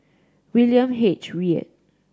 William H Read